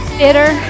bitter